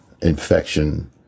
infection